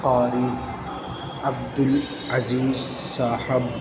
Qari Abdul Aziz Sahib